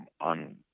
on